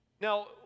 Now